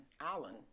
Alan